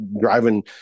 driving